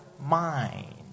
mind